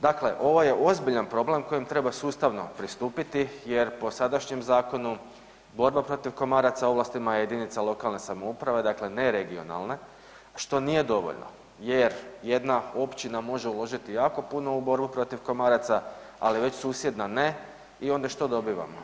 Dakle, ovo je ozbiljan problem kojem treba sustavno pristupiti jer po sadašnjem zakonu, borba protiv komaraca, ovlast ima jedinica lokalne samouprave, dakle ne regionalne, što nije dovoljno jer jedna općina može uložiti jako puno u borbu protiv komaraca, ali već susjedna ne i onda što dobivamo?